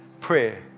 prayer